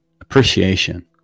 appreciation